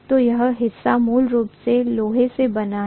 तो यह हिस्सा मूल रूप से लोहे से बना है